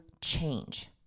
change